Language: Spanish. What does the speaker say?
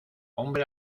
hombre